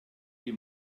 die